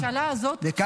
הממשלה הזאת צריכה